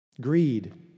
Greed